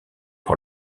par